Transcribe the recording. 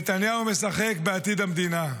נתניהו משחק בעתיד המדינה.